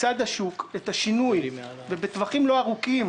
מצד השוק את השינוי, ובטווחים לא ארוכים.